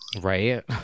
Right